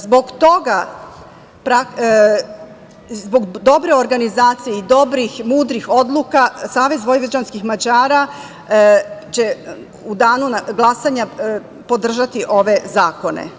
Zbog dobre organizacije i dobrih i mudrih odluka, Savez vojvođanskih Mađara će u danu za glasanje podržati ove zakone.